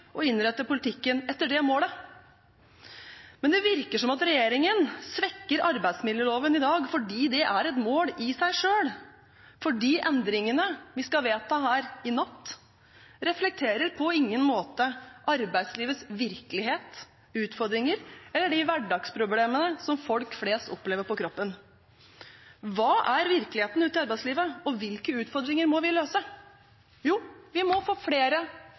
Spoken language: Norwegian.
å innrette politikken etter det målet. Men det virker som at regjeringen i dag svekker arbeidsmiljøloven fordi det er et mål i seg selv, for de endringene vi skal vedta her i natt, reflekterer på ingen måte arbeidslivets virkelighet, utfordringer eller de hverdagsproblemene folk flest opplever på kroppen. Hva er virkeligheten ute i arbeidslivet, og hvilke utfordringer må vi løse? Jo, vi må få flere